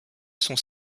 sont